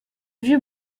vieux